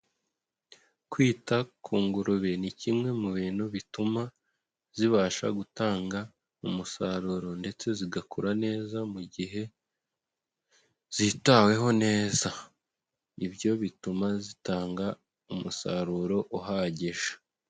Kwita ku ngurube ni kimwe mu bintu bituma zibasha gutanga umusaruro ndetse zigakura neza mu gihe zitaweho neza. Ibyo bituma zitanga umusaruro uhagije.